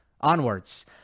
onwards